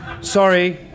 Sorry